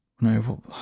No